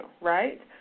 right